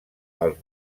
els